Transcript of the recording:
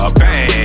bang